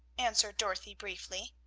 answered dorothy briefly.